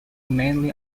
mainly